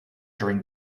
during